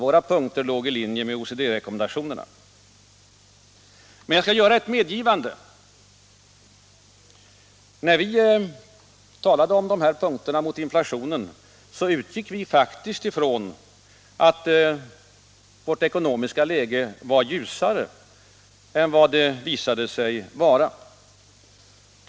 Våra punkter låg i linje med OECD-rekommendationerna. Men jag skall göra ett medgivande. När vi talade om dessa punkter mot inflationen, så utgick vi faktiskt ifrån att vårt ekonomiska läge var ljusare än vad det visade sig vara.